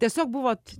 tiesiog buvot